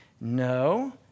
no